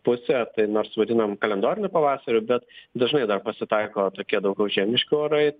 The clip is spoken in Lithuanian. pusė tai nors vadinam kalendoriniu pavasariu bet dažnai dar pasitaiko tokie daugiau žiemiški orai